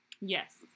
Yes